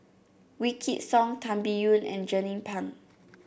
Wykidd Song Tan Biyun and Jernnine Pang